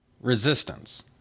resistance